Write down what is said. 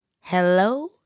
Hello